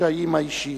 הקשיים האישיים.